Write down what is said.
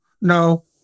No